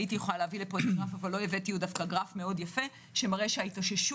הייתי יכולה להביא את הגרף שמראה שההתאוששות,